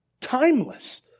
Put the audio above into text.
Timeless